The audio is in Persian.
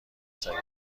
سریع